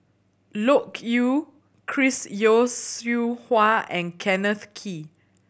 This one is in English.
Loke Yew Chris Yeo Siew Hua and Kenneth Kee